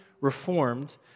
Reformed